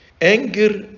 anger